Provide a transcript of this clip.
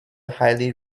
highly